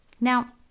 Now